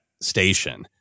station